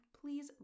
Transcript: please